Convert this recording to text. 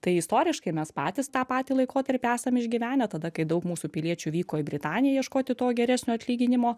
tai istoriškai mes patys tą patį laikotarpį esam išgyvenę tada kai daug mūsų piliečių vyko į britaniją ieškoti to geresnio atlyginimo